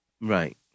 Right